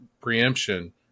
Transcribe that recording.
preemption